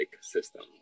system